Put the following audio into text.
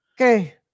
Okay